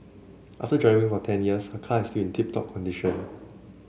after driving for ten years her car is still in tip top condition